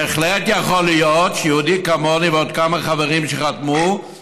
בהחלט יכול להיות שיהודי כמוני ועוד כמה חברים שחתמו,